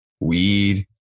weed